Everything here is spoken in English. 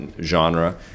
genre